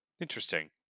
Interesting